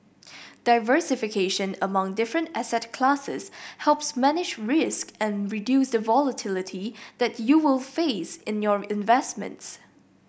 diversification among different asset classes helps manage risk and reduce the volatility that you will face in your investments